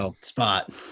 spot